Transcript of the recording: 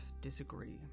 disagree